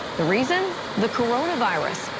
the reason, the coronavirus.